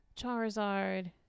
Charizard